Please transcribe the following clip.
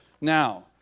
Now